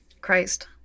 Christ